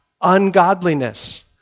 Ungodliness